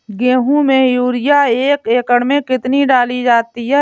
गेहूँ में यूरिया एक एकड़ में कितनी डाली जाती है?